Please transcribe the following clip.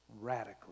radically